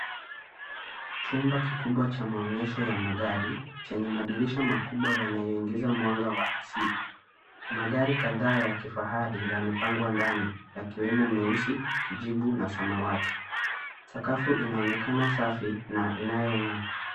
Chumba kikubwa cha maonyesho ya magari chenye madirisha makubwa yanayoingiza mwanga wa asili, magari kadhaa ya kifahari yamepangwa ndani ya kiwemo meusi, kijibu, na samawati. Sakafu inaonekana safi na inayo nga.